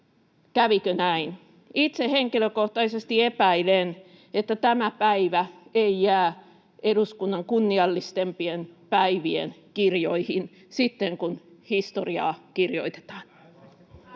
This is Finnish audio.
kävikö näin. Itse henkilökohtaisesti epäilen, että tämä päivä ei jää eduskunnan kunniallisimpien päivien kirjoihin sitten, kun historiaa kirjoitetaan.